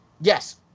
Yes